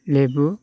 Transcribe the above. लेबु